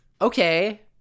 okay